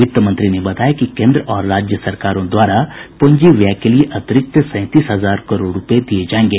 वित्तमंत्री ने बताया कि केन्द्र और राज्य सरकारों द्वारा पूंजी व्यय के लिए अतिरिक्त सैंतीस हजार करोड़ रूपये दिये जायेंगे